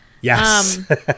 Yes